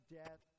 death